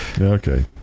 Okay